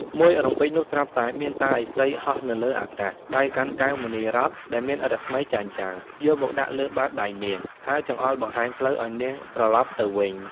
មួយរំពេចនោះ ស្រាប់តែ មានតាឥសីហោះនៅលើអាកាស ដៃកាន់កែវ មណីរត្នដែលមានរស្មីចែងចាំង យកមកដាក់លើបាតដៃនាង ហើយចង្អុល បង្ហាញផ្លូវ ឱ្យនាងត្រឡប់ទៅវិញ ។